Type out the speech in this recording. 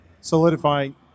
solidifying